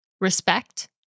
respect